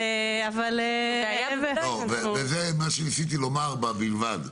זה מה שניסיתי לומר ב-בלבד,